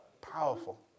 Powerful